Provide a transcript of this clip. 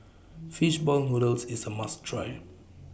Fish Ball Noodles IS A must Try